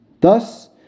Thus